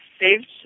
saved